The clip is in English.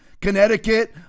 Connecticut